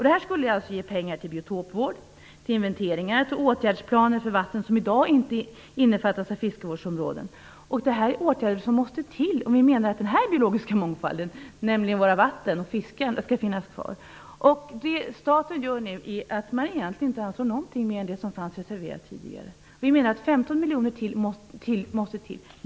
Detta skulle ge pengar till biotopvård, till inventeringar och till åtgärdsplaner för vatten som i dag inte innefattas av fiskevårdsområden. Detta är åtgärder som måste vidtas. Vi menar att den här biologiska mångfalden, nämligen våra vatten och fiskarna, skall finnas kvar. Det som staten nu gör är egentligen inte något mer än det som fanns reserverat tidigare. Vi menar att 15 miljoner kronor måste till.